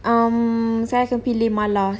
um saya akan pilih mala